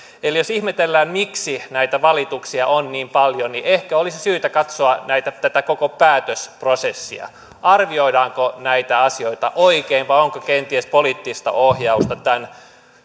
eli jos ihmetellään miksi näitä valituksia on niin paljon niin ehkä olisi syytä katsoa tätä koko päätösprosessia arvioidaanko näitä asioita oikein vai onko kenties poliittista ohjausta tämän